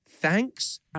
thanks